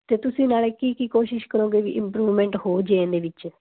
ਅਤੇ ਤੁਸੀਂ ਨਾਲੇ ਕੀ ਕੀ ਕੋਸ਼ਿਸ਼ ਕਰੋਗੇ ਵੀ ਇੰਪਰੂਵਮੈਂਟ ਹੋਜੇ ਇਹਦੇ ਵਿੱਚ